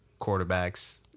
quarterbacks